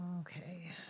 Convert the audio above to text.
Okay